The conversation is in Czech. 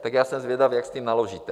Tak já jsem zvědav, jak s tím naložíte.